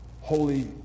holy